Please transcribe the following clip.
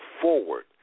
forward